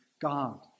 God